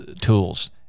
tools